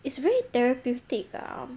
it's very therapeutic ah